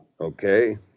Okay